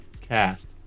cast